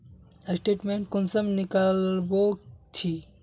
Statement कुंसम निकलाबो छी?